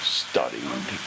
studied